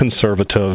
conservative